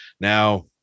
now